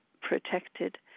protected